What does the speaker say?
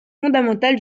fondamentale